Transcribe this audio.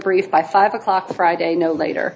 briefed by five o'clock friday no later